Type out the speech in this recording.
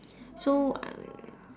so